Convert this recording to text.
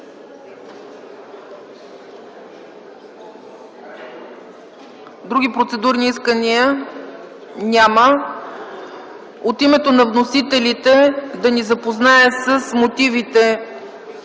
Други процедурни искания? Няма. От името на вносителите да ни запознае с мотивите